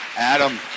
Adam